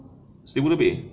seribu lebih